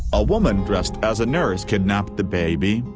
a woman dressed as a nurse kidnapped the baby,